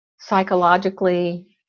psychologically